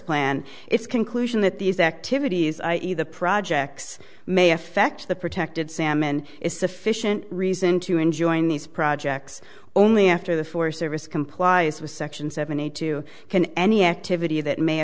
plan its conclusion that these activities i e the projects may affect the protected salmon is sufficient reason to enjoin these projects only after the forest service complies with section seventy two can any activity that may